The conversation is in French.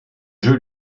jeux